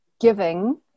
giving